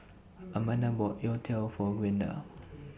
Amanda bought Youtiao For Gwenda